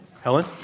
Helen